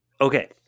Okay